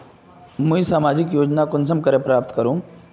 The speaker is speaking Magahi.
मुई सामाजिक योजना कुंसम करे प्राप्त करूम?